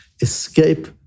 escape